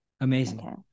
Amazing